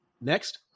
Next